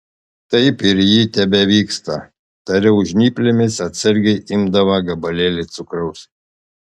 taip ir ji tebevyksta tariau žnyplėmis atsargiai imdama gabalėlį cukraus